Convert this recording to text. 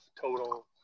total